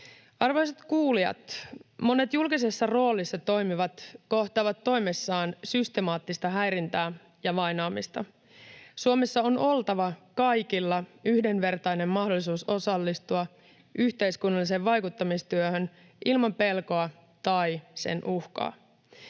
Arvoisat kuulijat! Monet julkisessa roolissa toimivat kohtaavat toimessaan systemaattista häirintää ja vainoamista. Suomessa on oltava kaikilla yhdenvertainen mahdollisuus osallistua yhteiskunnalliseen vaikuttamistyöhön ilman pelkoa tai sen uhkaa.